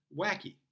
Wacky